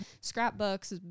scrapbooks